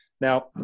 Now